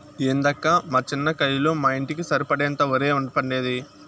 ఏందక్కా మా చిన్న కయ్యలో మా ఇంటికి సరిపడేంత ఒరే పండేది